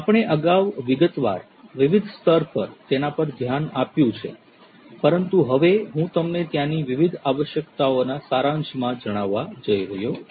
આપણે અગાઉ વિગતવાર વિવિધ સ્તર પર તેના પર ધ્યાન આપ્યું છે પરંતુ હવે હું તમને ત્યાંની વિવિધ આવશ્યકતાઓના સારાંશમાં જણાવવા જઇ રહ્યો છું